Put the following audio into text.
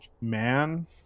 man